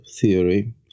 theory